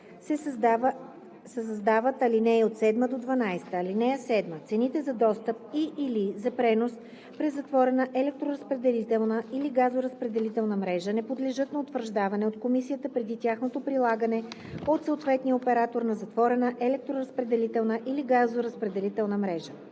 се създават ал. 7 – 12: „(7) Цените за достъп и/или за пренос през затворена електроразпределителна или газоразпределителна мрежа не подлежат на утвърждаване от комисията преди тяхното прилагане от съответния оператор на затворена електроразпределителна или газоразпределителна мрежа.